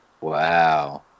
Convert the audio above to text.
Wow